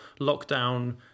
lockdown